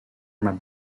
might